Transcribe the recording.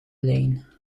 lijn